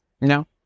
No